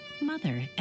mother